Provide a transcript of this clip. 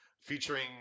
featuring